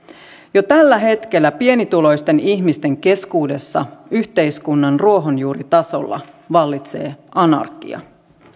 jo tällä hetkellä pienituloisten ihmisten keskuudessa yhteiskunnan ruohonjuuritasolla vallitsee anarkia